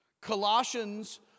Colossians